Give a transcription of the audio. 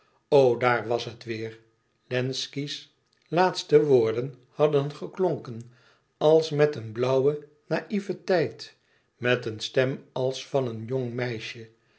daar was het weêr wlenzci's laatste woorden hadden geklonken als met een blauwe naïveteit met een stem als van een jong meisje